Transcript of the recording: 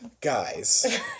Guys